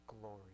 glory